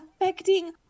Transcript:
affecting